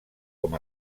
com